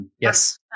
yes